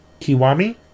Kiwami